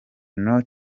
not